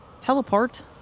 teleport